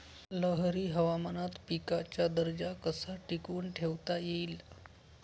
लहरी हवामानात पिकाचा दर्जा कसा टिकवून ठेवता येईल?